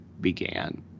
began